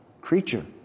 creature